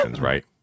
right